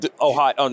Ohio